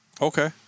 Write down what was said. Okay